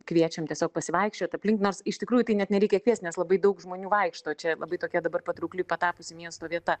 kviečiam tiesiog pasivaikščiot aplink nors iš tikrųjų tai net nereikia kviest nes labai daug žmonių vaikšto čia labai tokia dabar patraukli patapusi miesto vieta